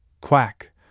Quack